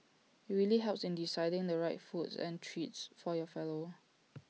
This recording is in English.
IT really helps in deciding the right foods and treats for your fellow